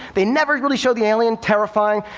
they never really showed the alien terrifying!